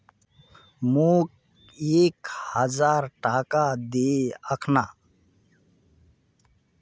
मोक एक हजार टका दे अखना